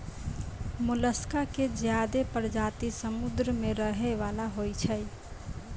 मोलसका के ज्यादे परजाती समुद्र में रहै वला होय छै